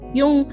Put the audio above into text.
yung